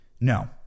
No